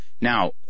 Now